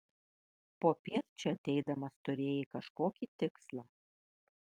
popiet čia ateidamas turėjai kažkokį tikslą